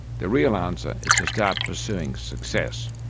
the real answer is to start pursuing success.